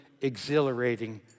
exhilarating